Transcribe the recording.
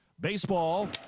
baseball